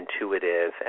intuitive